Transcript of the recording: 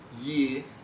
year